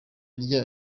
rya